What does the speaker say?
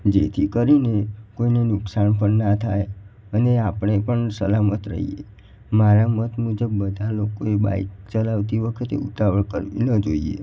જેથી કરીએ કોઈને નુકસાન પણ ના થાય અને આપણે પણ સલામત રહીએ મારા મત મુજબ બધા લોકોએ બાઈક ચલાવતી વખતે ઉતાવળ કરવી ન જોઈએ